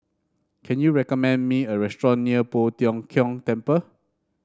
can you recommend me a restaurant near Poh Tiong Kiong Temple